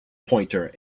pointer